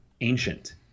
ancient